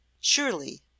Surely